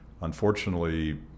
unfortunately—